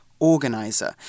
organizer